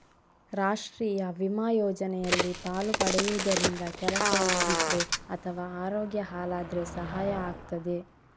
ರಾಷ್ಟೀಯ ವಿಮಾ ಯೋಜನೆಯಲ್ಲಿ ಪಾಲು ಪಡೆಯುದರಿಂದ ಕೆಲಸ ಇಲ್ದಿದ್ರೆ ಅಥವಾ ಅರೋಗ್ಯ ಹಾಳಾದ್ರೆ ಸಹಾಯ ಆಗ್ತದೆ